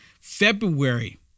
February